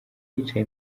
yicaye